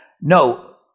no